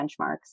benchmarks